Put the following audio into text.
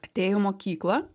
atėjo į mokyklą